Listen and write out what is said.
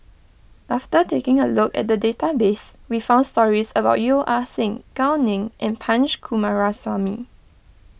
after taking a look at the database we found stories about Yeo Ah Seng Gao Ning and Punch Coomaraswamy